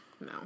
No